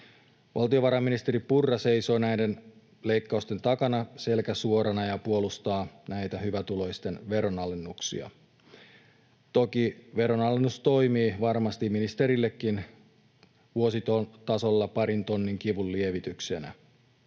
Valtiovarainministeri Purra seisoo näiden leikkausten takana selkä suorana ja puolustaa näitä hyvätuloisten veronalennuksia. Toki veronalennus toimii varmasti ministerillekin vuositasolla parin tonnin kivunlievityksenä,